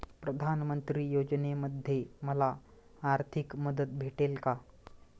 प्रधानमंत्री योजनेमध्ये मला आर्थिक मदत भेटेल का?